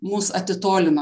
mus atitolino